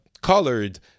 colored